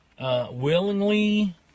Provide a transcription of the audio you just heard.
Willingly